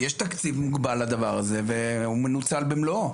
יש תקציב מוגבל לדבר הזה, והוא מנוצל במלואו.